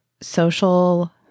social